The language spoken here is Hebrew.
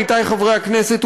עמיתיי חברי הכנסת,